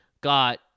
got